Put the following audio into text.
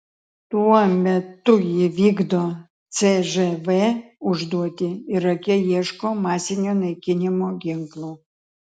tuo metu ji vykdo cžv užduotį irake ieško masinio naikinimo ginklų